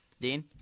Dean